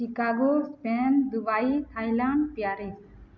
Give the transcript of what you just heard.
Chicago Spain Dubai Thailand Paris